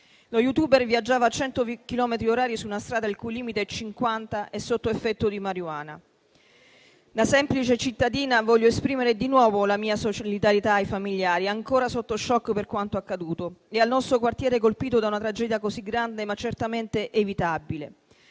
Lo *youtuber* viaggiava a 100 chilometri orari su una strada il cui limite è di 50 e sotto effetto di marjuana. Da semplice cittadina desidero esprimere di nuovo la mia solidarietà ai familiari ancora sotto *choc* per quanto accaduto e al nostro quartiere colpito da una tragedia così grande, ma certamente evitabile.